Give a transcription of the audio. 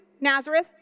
Nazareth